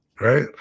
right